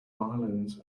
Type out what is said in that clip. violins